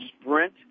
Sprint